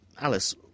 Alice